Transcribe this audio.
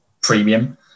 premium